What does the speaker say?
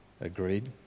agreed